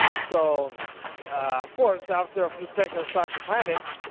so of course, after a few seconds, start to panic.